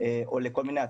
או לכל מיני התניות.